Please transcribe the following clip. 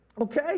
okay